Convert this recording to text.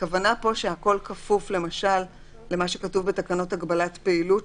הכוונה פה שהכל כפוף למה שכתוב בתקנות הגבלת הפעילות,